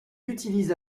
utilise